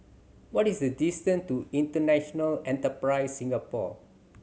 what is the distance to International Enterprise Singapore